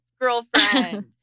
girlfriend